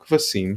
כבשים,